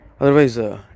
Otherwise